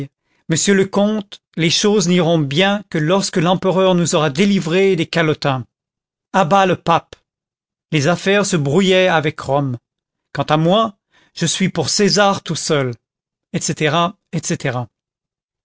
monsieur le comte les choses n'iront bien que lorsque l'empereur nous aura délivrés des calotins à bas le pape les affaires se brouillaient avec rome quant à moi je suis pour césar tout seul etc etc